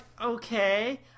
okay